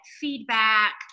feedback